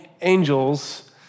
angels